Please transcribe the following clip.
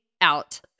out